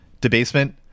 debasement